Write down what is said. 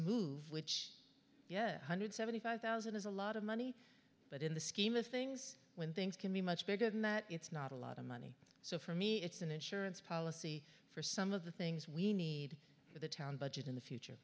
move which yeah one hundred seventy five thousand is a lot of money but in the scheme of things when things can be much bigger than that it's not a lot of money so for me it's an insurance policy for some of the things we need for the town budget in the future